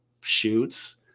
shoots